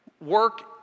work